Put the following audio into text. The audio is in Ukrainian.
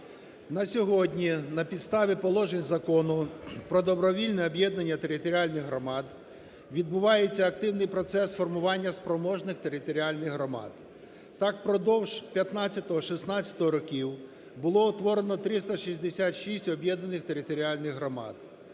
На сьогодні на підставі положень Закону "Про добровільне об'єднання територіальних громад" відбувається активний процес формування спроможних територіальних громад. Так, впродовж 2015-2016 років було утворено 366 об'єднаних територіальних громад.